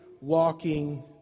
walking